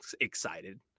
excited